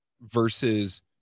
versus